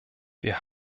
wir